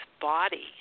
body